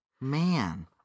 Man